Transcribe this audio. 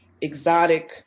exotic